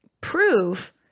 prove